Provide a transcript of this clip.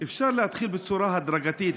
אפשר להתחיל בצורה הדרגתית,